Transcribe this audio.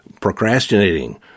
procrastinating